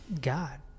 God